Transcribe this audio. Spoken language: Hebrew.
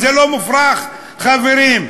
וזה לא מופרך, חברים.